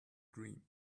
dream